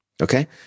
Okay